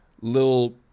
little